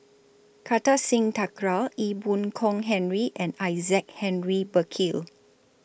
Kartar Singh Thakral Ee Boon Kong Henry and Isaac Henry Burkill